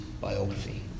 biography